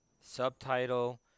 subtitle